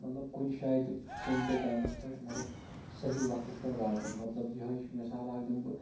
مطلب کُنہِ جایہِ تہِ کُنہِ تہِ ٹایمَس پٮ۪ٹھ مطلب صحیح وَقتَس پٮ۪ٹھ واتَان مطلب یِہٕے چھِ مِثال اَکھ دِمہٕ بہٕ